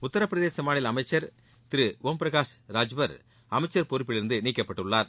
உத்திரபிரதேச மாநில அமைச்சர் திரு ஒம்பிரகாஷ் ராஜ்பர் அமைச்சர் பொறப்பிலிருந்து நீக்கப்பட்டுள்ளார்